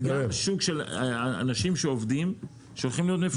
זה גם שוק של אנשים שעובדים שהולכים להיות מפוטרים.